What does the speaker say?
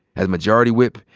as majority whip,